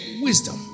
wisdom